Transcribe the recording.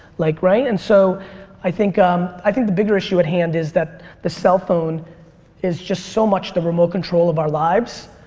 like right? and so i think um i think the bigger issue at hand is that the cell phone is just so much the remote control of our lives.